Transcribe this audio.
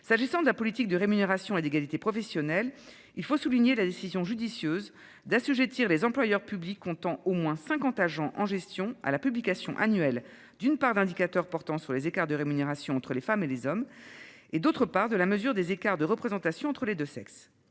S'agissant de la politique de rémunération et d'égalité professionnelle. Il faut souligner la décision judicieuse d'assujettir les employeurs publics comptant au moins 50 agents en gestion à la publication annuelle d'une part d'indicateurs portant sur les écarts de rémunération entre les femmes et les hommes. Et d'autre part de la mesure des écarts de représentation entre les 2 sexes.